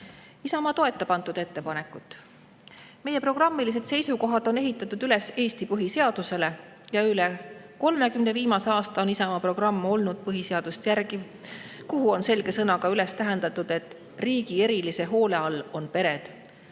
Isamaa toetab seda ettepanekut. Meie programmilised seisukohad on ehitatud üles Eesti põhiseadusele. Üle 30 viimase aasta on Isamaa programm olnud põhiseadust järgiv ja sinna on selge sõnaga üles tähendatud, et riigi erilise hoole all on pered.